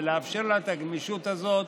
יש לאפשר לה את הגמישות הזאת,